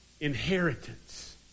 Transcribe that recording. inheritance